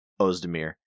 Ozdemir